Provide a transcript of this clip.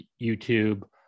YouTube